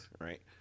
Right